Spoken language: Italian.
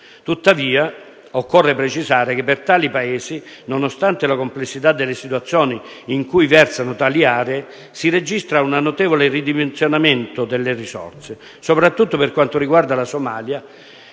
Tuttavia, occorre precisare che per tali Paesi, nonostante la complessità delle situazioni in cui versano tali aree, si registra un notevole ridimensionamento delle risorse, soprattutto per quanto riguarda la Somalia